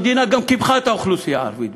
המדינה גם קיפחה את האוכלוסייה הערבית,